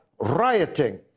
rioting